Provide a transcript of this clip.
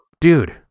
dude